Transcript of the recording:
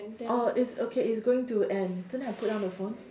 oh it's okay it's going to end so then I put down the phone